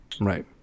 Right